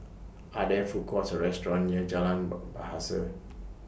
Are There Food Courts Or restaurants near Jalan ber Bahasa